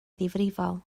ddifrifol